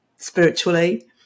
spiritually